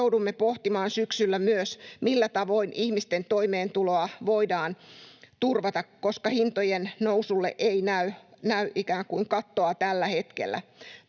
joudumme pohtimaan syksyllä myös, millä tavoin ihmisten toimeentuloa voidaan turvata, koska hintojen nousulle ei näy ikään kuin kattoa tällä hetkellä.